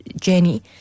Jenny